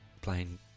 playing